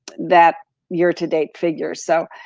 that year to date figures, so